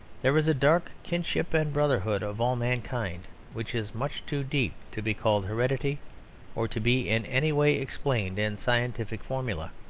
there is a dark kinship and brotherhood of all mankind which is much too deep to be called heredity or to be in any way explained in scientific formulae